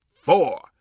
four